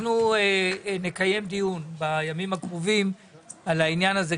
אנחנו נקיים דיון בימים הקרובים על העניין הזה,